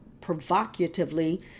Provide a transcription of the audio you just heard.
provocatively